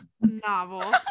novel